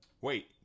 Wait